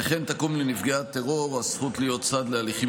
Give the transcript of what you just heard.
וכן תקום לנפגעי הטרור הזכות להיות צד להליכים